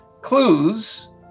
clues